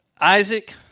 Isaac